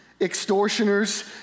extortioners